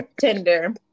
Tinder